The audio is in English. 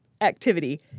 activity